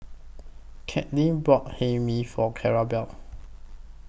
Caitlyn brought Hae Mee For Clarabelle